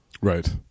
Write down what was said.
Right